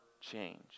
change